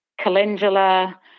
calendula